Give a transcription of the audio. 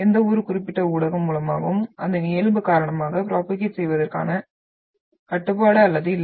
எந்தவொரு குறிப்பிட்ட ஊடகம் மூலமாகவும் அதன் இயல்பு காரணமாக ப்ரோபோகேட் செய்வதற்கான கட்டுப்பாடு அதற்கு இல்லை